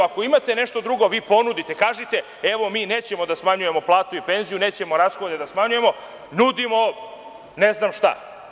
Ako imate nešto drugo, vi ponudite, kažite – evo, mi nećemo da smanjujemo platu i penziju, nećemo rashode da smanjujemo, nudimo ne znam šta.